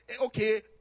Okay